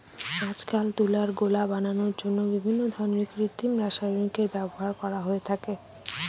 আজকাল তুলার গোলা বানানোর জন্য বিভিন্ন ধরনের কৃত্রিম রাসায়নিকের ব্যবহার করা হয়ে থাকে